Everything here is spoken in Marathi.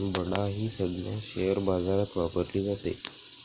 बडा ही संज्ञा शेअर बाजारात वापरली जाते